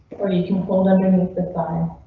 or you can hold underneath the file.